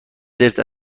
زرت